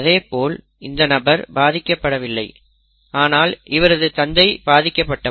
அதேபோல் இந்த நபர் பாதிக்கப்படவில்லை ஆனால் இவரது தந்தை பாதிக்கப்பட்டவர்